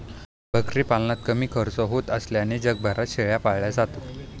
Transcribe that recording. बकरी पालनात कमी खर्च होत असल्याने जगभरात शेळ्या पाळल्या जातात